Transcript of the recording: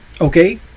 Okay